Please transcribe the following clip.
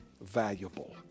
valuable